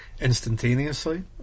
instantaneously